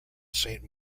saint